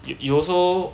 you you also